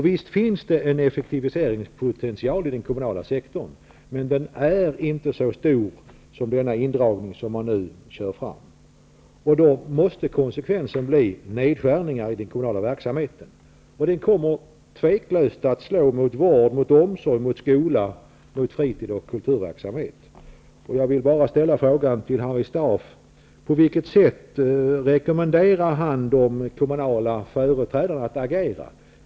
Visst finns det en effektiviseringspotential i den kommunala sektorn. Men den är inte så stor som den indragning man nu föreslår. Då måste konsekvensen bli nedskärningar i den kommunala verksamheten. Det kommer tveklöst att slå mot vård, omsorg, skola samt fritids och kulturverksamhet. Jag vill till Harry Staaf ställa frågan: Hur rekommenderar Harry Staaf att de kommunala företrädarna skall agera?